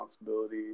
responsibility